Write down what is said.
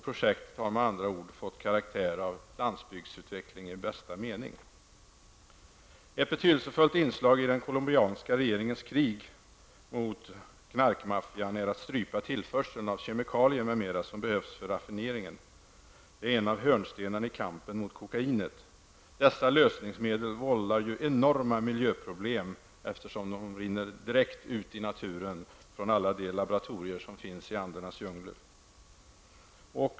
Projektet har med andra ord fått karaktär av landsbygdsutveckling i bästa mening. Ett betydelsefullt inslag i den colombianska regeringens krig mot knarkmaffian är att strypa tillförseln av kemikalier m.m. som behövs för raffineringen. Det är en av hörnstenarna i kampen mot kokainet. Dessa lösningsmedel vållar ju enorma miljöproblem, eftersom de rinner direkt ut i naturen från alla de laboratorier som finns i Andernas djungler.